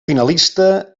finalista